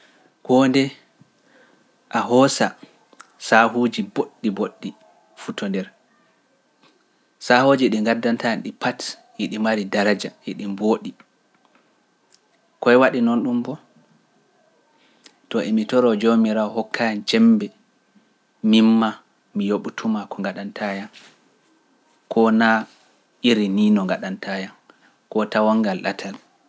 Koo nde a hoosa sahuuji boɗɗi boɗɗi futondira, sahooji ɗi ngaddanta ɗi pati ɗi mari daraja, ɗi mbooɗi. Koye waɗi noon ɗum fof? To emi toroo Joomiraawo hokkaani cembe, miima mi yoɓtuma ko ngaɗanta yam, koo naa iri ni no ngaɗanta yam, koo tawangal ɗatal.